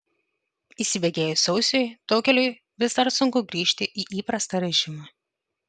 įsibėgėjus sausiui daugeliui vis dar sunku grįžti į įprastą režimą